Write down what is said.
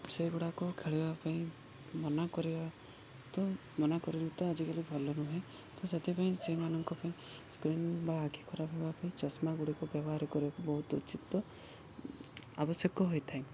ସେଗୁଡ଼ାକୁ ଖେଳିବା ପାଇଁ ମନା କରିବା ତ ମନା କରିବୁ ତ ଆଜିକାଲି ଭଲ ନୁହେଁ ତ ସେଥିପାଇଁ ସେମାନଙ୍କ ପାଇଁ ସ୍କ୍ରନ୍ ବା ଆଖି ଖରାପ ହେବା ପାଇଁ ଚଷମା ଗୁଡ଼ିକ ବ୍ୟବହାର କରିବାକୁ ବହୁତ ଉଚିତ୍ ଆବଶ୍ୟକ ହୋଇଥାଏ